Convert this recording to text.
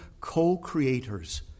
co-creators